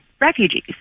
refugees